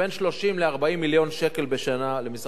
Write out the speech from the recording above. מיליון שקלים לשנה למשרד הבינוי והשיכון,